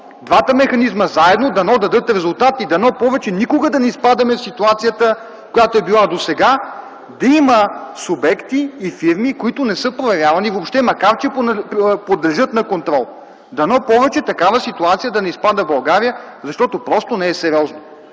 Двата механизма заедно дано дадат резултати и дано повече никога да не изпадаме в ситуацията, която е била досега, да има субекти и фирми, които не са проверявани въобще, макар че подлежат на контрол. Дано България да не изпада повече в такава ситуация, защото просто не е сериозно.